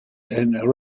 and